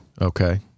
Okay